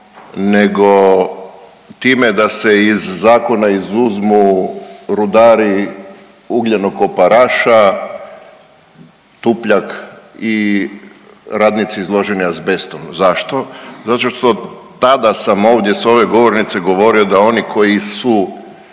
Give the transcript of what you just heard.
nego time da se iz zakona izuzmu rudari ugljenokopa Raša, Tupljak i radnici izloženi azbestu. Zašto? Zato što, tada sam ovdje s ove govornice govorio da oni koji su,